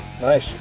Nice